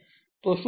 તો શું થશે